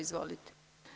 Izvolite.